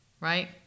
right